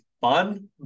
fun